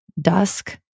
dusk